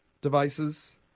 devices